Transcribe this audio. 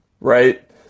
right